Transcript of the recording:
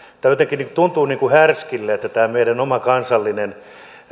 tämä tuntuu härskille että tämä meidän oma kansallinen